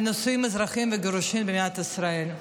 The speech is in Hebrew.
נישואים אזרחיים וגירושין במדינת ישראל.